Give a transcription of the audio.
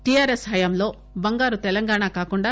TRS హయాంలో బంగారు తెలంగాణ కాకుండా